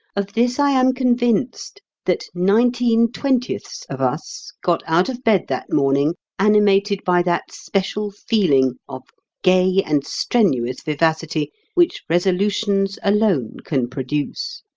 of this i am convinced, that nineteen-twentieths of us got out of bed that morning animated by that special feeling of gay and strenuous vivacity which resolutions alone can produce.